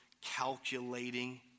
calculating